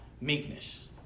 meekness